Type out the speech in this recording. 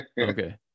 okay